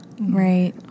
right